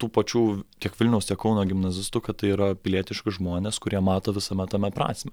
tų pačių tiek vilniaus kauno gimnazistų kad tai yra pilietiški žmonės kurie mato visame tame prasmę